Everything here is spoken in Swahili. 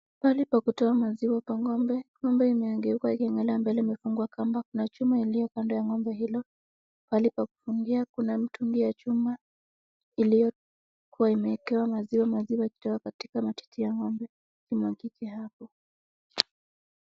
Pahali pa kutoa maziwa kwa ng'ombe, ng'ombe imegeuka ikiangalia mbele imefungwa kamba, kuna chuma iliyo kando ya ng'ombe hiyo pahali pa kufungia kuna mtungi ya chuma iliyokuwa imeekewa maziwa, maziwa yakitoka katika matiti ya ng'ombe imwagike hapo.